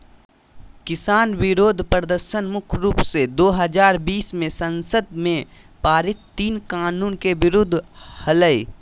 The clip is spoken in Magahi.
किसान विरोध प्रदर्शन मुख्य रूप से दो हजार बीस मे संसद में पारित तीन कानून के विरुद्ध हलई